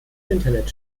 internet